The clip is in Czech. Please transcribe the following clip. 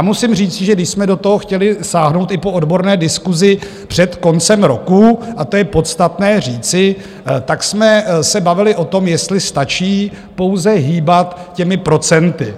Musím říci, že když jsme do toho chtěli sáhnout i po odborné diskusi před koncem roku a to je podstatné říci tak jsme se bavili o tom, jestli stačí pouze hýbat těmi procenty.